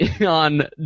on